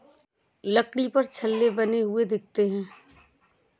लकड़ी पर छल्ले बने हुए दिखते हैं